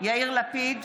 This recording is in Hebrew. יאיר לפיד,